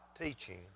teaching